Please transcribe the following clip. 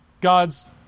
God's